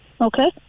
Okay